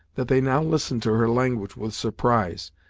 that they now listened to her language with surprise.